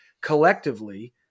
collectively